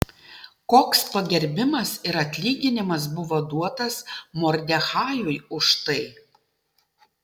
koks pagerbimas ir atlyginimas buvo duotas mordechajui už tai